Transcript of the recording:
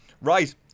Right